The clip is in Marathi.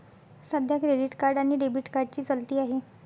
सध्या क्रेडिट कार्ड आणि डेबिट कार्डची चलती आहे